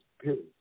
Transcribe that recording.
period